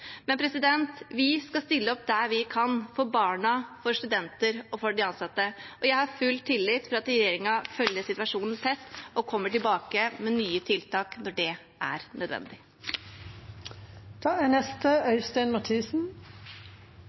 vi skal stille opp der vi kan, for barna, studentene og de ansatte. Jeg har full tillit til at regjeringen følger situasjonen tett og kommer tilbake med nye tiltak når det er nødvendig. Like muligheter til kunnskap og utdanning er